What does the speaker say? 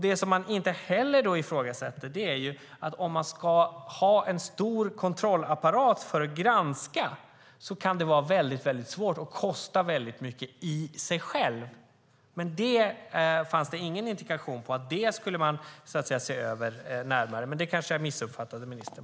Det man inte heller ifrågasätter är att det kan vara väldigt svårt att ha en stor kontrollapparat för att granska och att det kan kosta väldigt mycket i sig själv. Det fanns det ingen indikation på att man skulle se över närmare, men där kanske jag missuppfattade ministern.